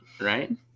right